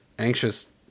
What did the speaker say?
anxious